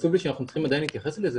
עצוב לי שאנחנו צריכים עדיין להתייחס לזה